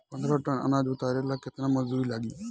पन्द्रह टन अनाज उतारे ला केतना मजदूर लागी?